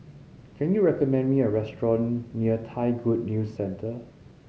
can you recommend me a restaurant near Thai Good News Centre